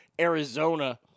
Arizona